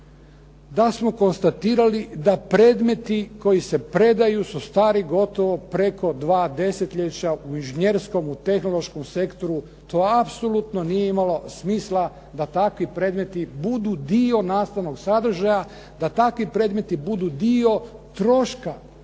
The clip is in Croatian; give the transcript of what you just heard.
da smo konstatirali da predmeti koji se predaju su stari gotovo preko 2 desetljeća u inženjerskom, u tehnološkom sektoru. To apsolutno nije imalo smisla da takvi predmeti budu dio nastavnog sadržaja, da takvi predmeti budu dio troška